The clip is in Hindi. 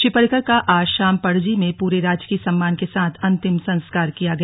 श्री परिकर का आज शाम पणजी में पूरे राजकीय सम्मान के साथ अंतिम संस्कार किया गया